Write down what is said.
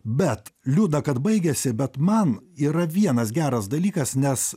bet liūdna kad baigėsi bet man yra vienas geras dalykas nes